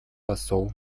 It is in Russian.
посол